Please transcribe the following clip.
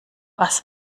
was